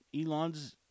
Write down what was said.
Elon's